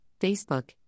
Facebook